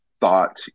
thought